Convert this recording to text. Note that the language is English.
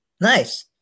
Nice